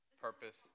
Purpose